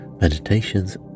meditations